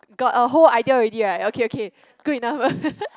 got a whole idea already right okay okay good enough